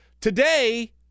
Today